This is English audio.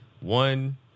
One